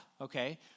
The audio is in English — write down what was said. okay